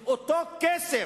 את אותו כסף,